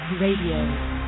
Radio